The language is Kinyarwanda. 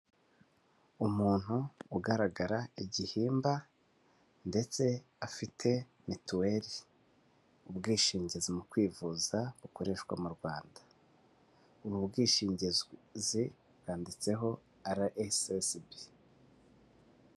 Umuntu ugaragara igihimba ndetse afite mituweri, ubwishingizi mu kwivuza bukoreshwa mu Rwanda. Ubu bwishingizi bwanditseho RSSB.